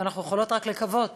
ואנחנו יכולות רק לקוות